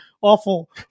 awful